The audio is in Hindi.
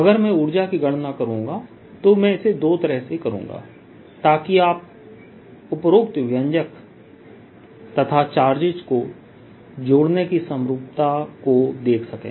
अगर मैं ऊर्जा की गणना करूंगा तो मैं इसे दो तरह से करूंगा ताकि आप उपरोक्त व्यंजक तथा चार्जेस को जोड़ने की समरूपता को देख सकें